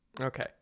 Okay